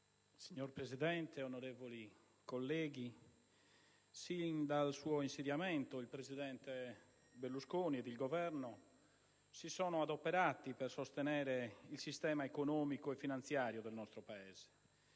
Signor Presidente, onorevoli colleghi, sin dal suo insediamento il presidente Berlusconi e il Governo si sono adoperati per sostenere il sistema economico e finanziario del nostro Paese.